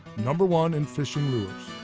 number one in fishing lures.